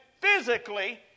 physically